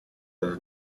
does